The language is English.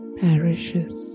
perishes